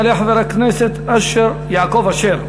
יעלה חבר הכנסת יעקב אשר,